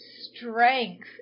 Strength